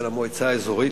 של המועצה האזורית,